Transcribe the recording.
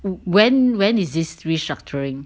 when when is this restructuring